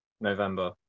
November